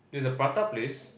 there's a prata place